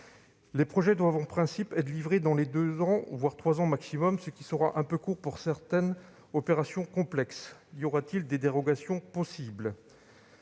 Les projets doivent en principe être livrés dans les deux ans, trois au maximum, ce qui sera un peu court pour certaines opérations complexes. Des dérogations seront-elles possibles ?